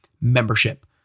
membership